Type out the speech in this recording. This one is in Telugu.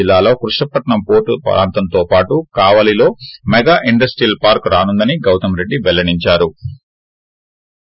జిల్లాలో కృష్ణపట్నం పోర్ట్ ప్రాంతంతో పాటు కావలిలో మెగా ఇండస్టియల్ వార్క్ రొనుందని గౌతమ్ రెడ్డి పెల్తడించారు